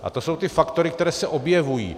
A to jsou ty faktory, které se objevují.